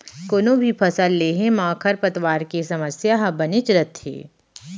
कोनों भी फसल लेहे म खरपतवार के समस्या ह बनेच रथे